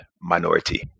minority